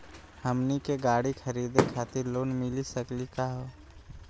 हमनी के गाड़ी खरीदै खातिर लोन मिली सकली का हो?